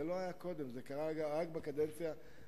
זה לא היה קודם, זה קרה רק בקדנציה הנוכחית.